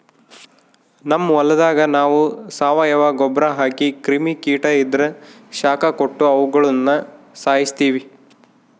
ನಮ್ ಹೊಲದಾಗ ನಾವು ಸಾವಯವ ಗೊಬ್ರ ಹಾಕಿ ಕ್ರಿಮಿ ಕೀಟ ಇದ್ರ ಶಾಖ ಕೊಟ್ಟು ಅವುಗುಳನ ಸಾಯಿಸ್ತೀವಿ